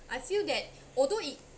I feel that although it